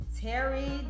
Terry